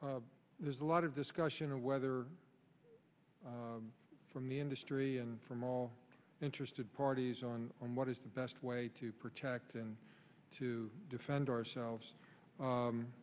there's a lot of discussion whether from the industry and from all interested parties on what is the best way to protect and to defend ourselves